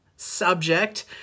Subject